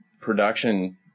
production